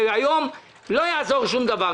היום לא יעזור שום דבר.